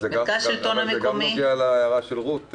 זה גם נוגע להערה של רות,